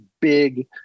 big